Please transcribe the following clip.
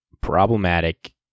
problematic